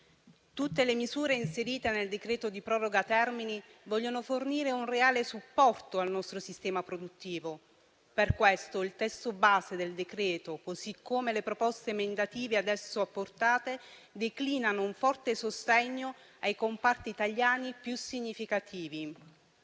Tutte le misure inserite nel provvedimento di proroga termini vogliono fornire un reale supporto al nostro sistema produttivo. Per questo, il testo base del decreto-legge, così come le proposte emendative ad esso apportate, declinano un forte sostegno ai comparti italiani più significativi.